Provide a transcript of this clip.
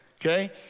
okay